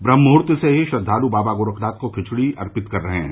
ब्रम्हमुहूर्ति से ही श्रद्वालु बाबा गोरक्षनाथ को खिचड़ी अर्पण कर रहे हैं